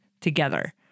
together